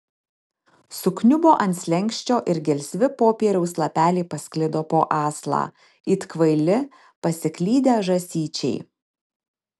sukniubo ant slenksčio ir gelsvi popieriaus lapeliai pasklido po aslą it kvaili pasiklydę žąsyčiai